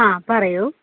ആ പറയൂ